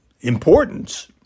importance